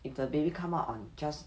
if the baby come out on just